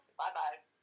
bye-bye